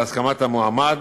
בהסכמת המועמד,